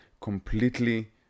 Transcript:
completely